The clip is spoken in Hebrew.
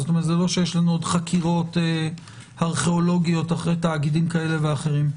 כלומר זה לא שיש לנו עוד חקירות ארכיאולוגיות אחרי תאגידים כאלה ואחרים.